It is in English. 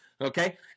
okay